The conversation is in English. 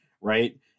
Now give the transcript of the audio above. right